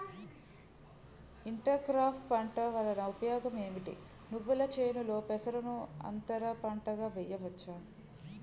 Inter crops పంట వలన ఉపయోగం ఏమిటి? నువ్వుల చేనులో పెసరను అంతర పంటగా వేయవచ్చా?